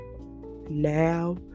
now